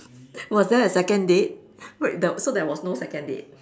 was there a second date wait there so there was no second date